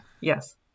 yes